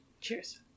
Cheers